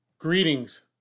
Greetings